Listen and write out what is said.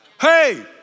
Hey